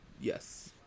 Yes